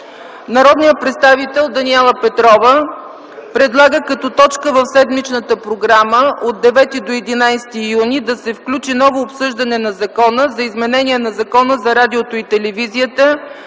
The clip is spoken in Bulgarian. народният представител Даниела Петрова предлага като точка в седмичната програма от 9 до 11 юни 2010 г. да се включи ново обсъждане на Закона за изменение на Закона за радиото и телевизията,